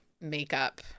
makeup